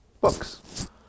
books